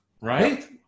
right